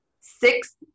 six